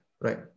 right